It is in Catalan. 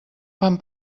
fan